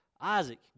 Isaac